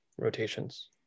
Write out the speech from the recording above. rotations